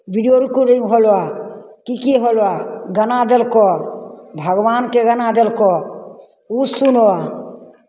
video recording होलौ की की होलौ गाना देलकौ भगवानके गाना देलकौ ओ सुनहौ